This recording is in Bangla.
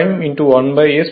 এটি r2 এবং r2 2 1S 1S 1 হয়